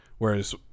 Whereas